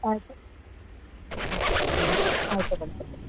ಆಯಿತು ಅವತ್ತೆ ಬಂತು